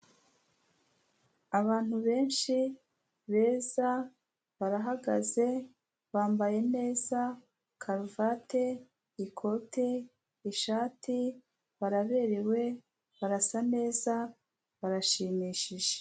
Abantu benshi beza, barahagaze, bambaye neza, karuvate, ikote, ishati baraberewe barasa neza, barashimishije.